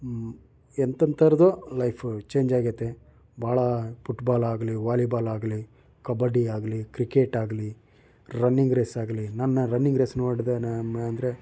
ಎಂಥೆಂಥವ್ರದ್ದೋ life ಚೇಂಜಾಗೈತೆ ಬಹಳ ಪುಟ್ಬಾಲಾಗಲಿ ವಾಲಿಬಾಲಾಗಲಿ ಕಬಡ್ಡಿಯಾಗಲಿ ಕ್ರಿಕೆಟಾಗಲಿ ರನ್ನಿಂಗ್ ರೇಸಾಗಲಿ ನಾನು ರನ್ನಿಂಗ್ ರೇಸ್ ನೋಡಿದ್ದೇನೆ ಅಂದರೆ